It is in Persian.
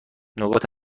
نقاط